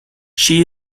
she